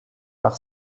par